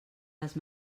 les